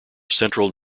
central